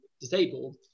disabled